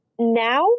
now